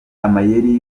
amayeri